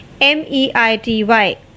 MEITY